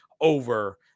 over